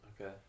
okay